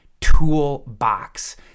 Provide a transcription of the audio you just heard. toolbox